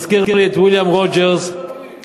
זה מזכיר לי את ויליאם רוג'רס ב-1972,